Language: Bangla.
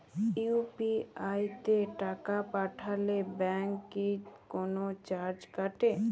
ইউ.পি.আই তে টাকা পাঠালে ব্যাংক কি কোনো চার্জ কাটে?